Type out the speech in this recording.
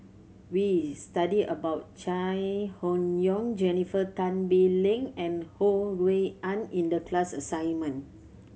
we studied about Chai Hon Yoong Jennifer Tan Bee Leng and Ho Rui An in the class assignment